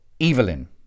Evelyn